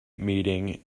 meeting